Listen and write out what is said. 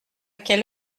quelle